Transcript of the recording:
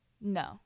No